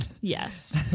Yes